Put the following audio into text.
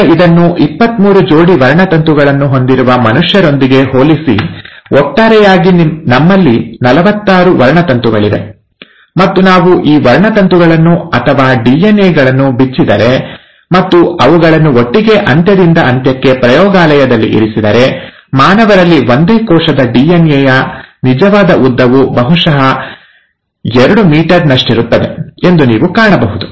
ಈಗ ಇದನ್ನು ಇಪ್ಪತ್ತಮೂರು ಜೋಡಿ ವರ್ಣತಂತುಗಳನ್ನು ಹೊಂದಿರುವ ಮನುಷ್ಯರೊಂದಿಗೆ ಹೋಲಿಸಿ ಒಟ್ಟಾರೆಯಾಗಿ ನಮ್ಮಲ್ಲಿ ನಲವತ್ತಾರು ವರ್ಣತಂತುಗಳಿವೆ ಮತ್ತು ನಾವು ಈ ವರ್ಣತಂತುಗಳನ್ನು ಅಥವಾ ಡಿಎನ್ಎ ಗಳನ್ನು ಬಿಚ್ಚಿದರೆ ಮತ್ತು ಅವುಗಳನ್ನು ಒಟ್ಟಿಗೆ ಅಂತ್ಯದಿಂದ ಅಂತ್ಯಕ್ಕೆ ಪ್ರಯೋಗಾಲಯದಲ್ಲಿ ಇರಿಸಿದರೆ ಮಾನವರಲ್ಲಿ ಒಂದೇ ಕೋಶದ ಡಿಎನ್ಎ ಯ ನಿಜವಾದ ಉದ್ದವು ಬಹುಶಃ ಎರಡು ಮೀಟರ್ ನಷ್ಟಿರುತ್ತದೆ ಎಂದು ನೀವು ಕಾಣಬಹುದು